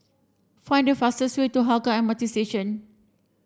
find the fastest way to Hougang M R T Station